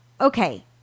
Okay